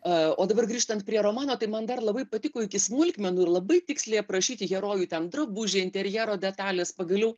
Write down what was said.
a dabar grįžtant prie romano tai man dar labai patiko iki smulkmenų ir labai tiksliai aprašyti herojų ten drabužiai interjero detalės pagaliau